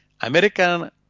American